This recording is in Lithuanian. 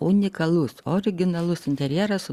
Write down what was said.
unikalus originalus interjeras